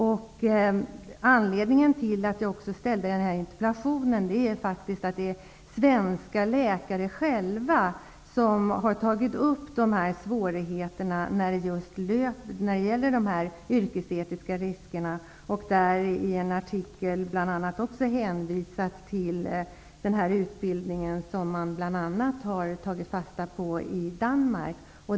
En anledning till min interpellation är att svenska läkare själva har tagit upp de här svårigheterna och de yrkesetiska riskerna. I en artikel har de bl.a. också hänvisat till den här utbildningen som man har tagit fasta på i Danmark.